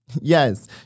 Yes